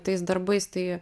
tais darbais tai